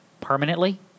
Permanently